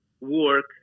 work